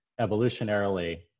evolutionarily